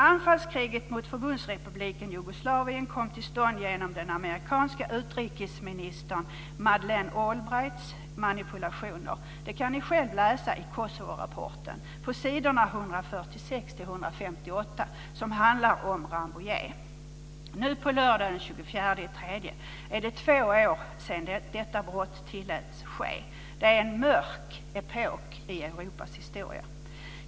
Anfallskriget mot Förbundsrepubliken Jugoslavien kom till stånd genom den amerikanska utrikesministern Madeleine Albrights manipulationer. Det kan ni själva läsa i Kosovorapporten på s. 146-158 som handlar om Rambouillet. Nu på lördag den 24 mars är det två år sedan detta brott tilläts ske. Det är en mörk epok i Europas historia.